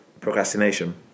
Procrastination